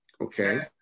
Okay